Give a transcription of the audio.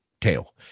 tail